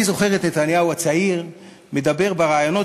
אני זוכר את נתניהו הצעיר מדבר בראיונות